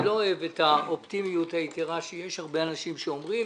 אני לא אוהב את האופטימיות היתירה שיש הרבה אנשים שאומרים,